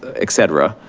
et cetera.